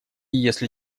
если